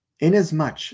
Inasmuch